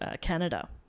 Canada